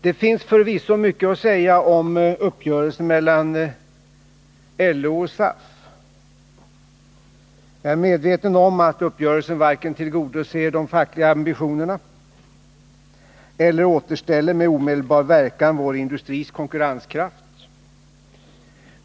Det finns förvisso mycket att säga om uppgörelsen mellan LO och SAF. Jag är medveten om att uppgörelsen varken tillgodoser de fackliga ambitionerna eller med omedelbar verkan återställer vår industris konkurrenskraft.